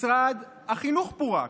משרד החינוך פורק,